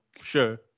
sure